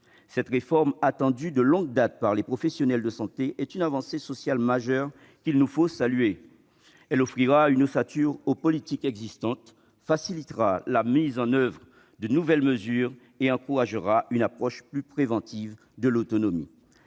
Cette réforme, attendue de longue date par les professionnels de santé, est une avancée sociale majeure qu'il nous faut saluer : elle offrira une ossature aux politiques existantes, favorisera la mise en oeuvre de nouvelles mesures et encouragera une approche plus préventive de l'autonomie.